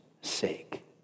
sake